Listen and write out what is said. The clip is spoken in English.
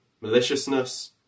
maliciousness